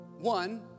One